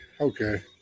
Okay